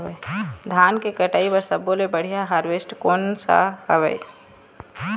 धान के कटाई बर सब्बो ले बढ़िया हारवेस्ट कोन सा हवए?